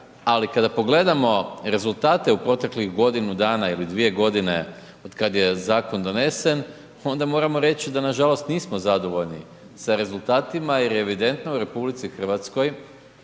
Ali, kada pogledamo rezultate u proteklih godinu dana ili dvije godine, otkad je zakon donesen, onda moramo reći da, nažalost nismo zadovoljni sa rezultatima jer je evidentno u RH odlazak